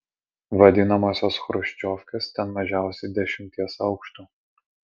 vadinamosios chruščiovkes ten mažiausiai dešimties aukštų